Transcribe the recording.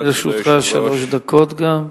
גם לרשותך שלוש דקות.